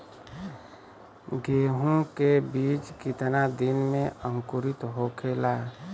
गेहूँ के बिज कितना दिन में अंकुरित होखेला?